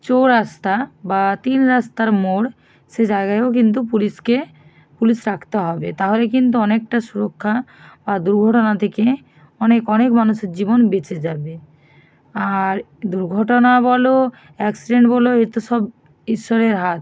চৌরাস্তা বা তিন রাস্তার মোড় সে জায়গায়ও কিন্তু পুলিশকে পুলিশ রাখতে হবে তাহলে কিন্তু অনেকটা সুরক্ষা বা দুর্ঘটনা থেকে অনেক অনেক মানুষের জীবন বেঁচে যাবে আর দুর্ঘটনা বলো অ্যাক্সিডেন্ট বলো এতো সব ঈশ্বরের হাত